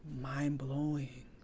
mind-blowing